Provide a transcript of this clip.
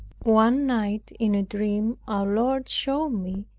one night in a dream our lord showed me,